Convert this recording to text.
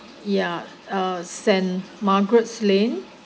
yeah uh saint margaret's lane